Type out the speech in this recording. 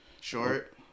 Short